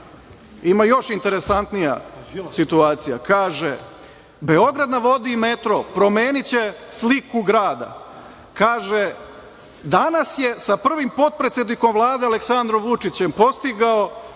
Ima još interesantnija situacija. Kaže – „Beograd na vodi“ i metro promeniće sliku grada. Kaže – danas je sa prvim potpredsednikom Vlade Aleksandrom Vučićem postigao